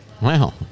Wow